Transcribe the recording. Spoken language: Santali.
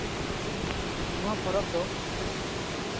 ᱱᱚᱣᱟ ᱯᱚᱨᱚᱵᱽ ᱫᱚ